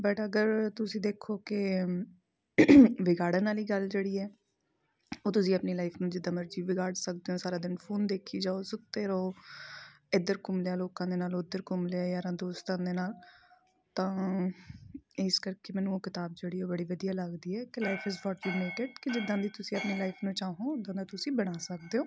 but ਅਗਰ ਤੁਸੀਂ ਦੇਖੋ ਕਿ ਵਿਗਾੜਨ ਵਾਲੀ ਗੱਲ ਜਿਹੜੀ ਹੈ ਉਹ ਤੁਸੀਂ ਆਪਣੀ ਲਾਈਫ ਨੂੰ ਜਿੱਦਾਂ ਮਰਜੀ ਵਿਗਾੜ ਸਕਦੇ ਹੋ ਸਾਰਾ ਦਿਨ ਫੋਨ ਦੇਖੀ ਜਾਓ ਸੁੱਤੇ ਰਹੋ ਇੱਧਰ ਘੁੰਮ ਲਿਆ ਲੋਕਾਂ ਦੇ ਨਾਲ ਉੱਧਰ ਘੁੰਮ ਲਿਆ ਯਾਰਾਂ ਦੋਸਤਾਂ ਦੇ ਨਾਲ ਤਾਂ ਇਸ ਕਰਕੇ ਮੈਨੂੰ ਉਹ ਕਿਤਾਬ ਜਿਹੜੀ ਬੜੀ ਵਧੀਆ ਲੱਗਦੀ ਹੈ ਕਿ life is what you make it ਕਿ ਜਿੱਦਾਂ ਵੀ ਤੁਸੀਂ ਆਪਣੀ ਲਾਈਫ ਨੂੰ ਚਾਹੋ ਉੱਦਾਂ ਦਾ ਤੁਸੀਂ ਬਣਾ ਸਕਦੇ ਹੋ